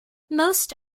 most